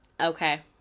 Okay